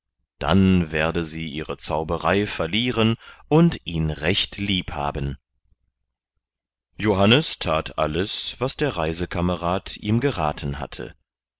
dann werde sie ihre zauberei verlieren und ihn recht lieb haben johannes that alles was der reisekamerad ihm geraten hatte